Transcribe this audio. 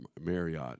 Marriott